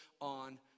on